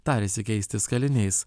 tarėsi keistis kaliniais